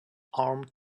armed